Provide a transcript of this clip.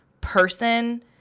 person